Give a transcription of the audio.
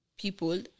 people